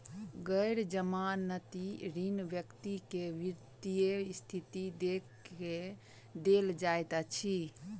गैर जमानती ऋण व्यक्ति के वित्तीय स्थिति देख के देल जाइत अछि